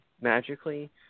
magically